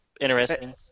interesting